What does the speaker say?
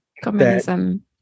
Communism